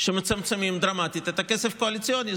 שמצמצמים דרמטית את הכסף הקואליציוני.